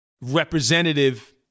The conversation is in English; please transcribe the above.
representative